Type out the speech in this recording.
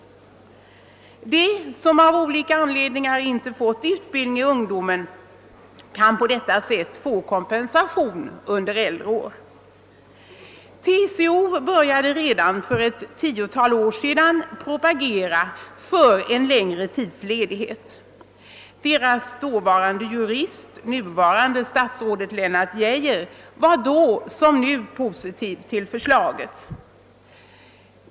De som av olika anledningar inte fått utbildning i ungdomen kan på detta sätt få kompensation under äldre år. TCO började redan för ett tiotal år sedan propagera för en längre tids ledighet. Dess dåvarande jurist, nuvarande statsrådet Lennart Geijer, var då som nu positiv till förslaget.